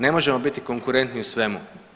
Ne možemo biti konkurentni u svemu.